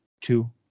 two